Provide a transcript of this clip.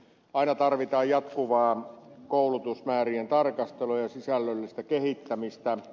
aina tarvitaan jatkuvaa koulutusmäärien tarkastelua ja sisällöllistä kehittämistä